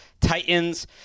Titans –